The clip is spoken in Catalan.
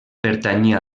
pertanyia